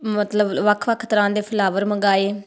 ਮਤਲਬ ਵੱਖ ਵੱਖ ਤਰ੍ਹਾਂ ਦੇ ਫਲਾਵਰ ਮੰਗਵਾਏ